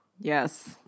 Yes